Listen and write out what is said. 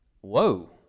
Whoa